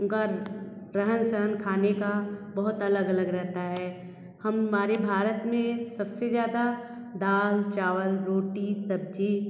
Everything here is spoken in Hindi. उनका रहन सहन खाने का बहुत अलग अलग रहता है हमारे भारत में सब से ज़्यादा दाल चावल रोटी सब्ज़ी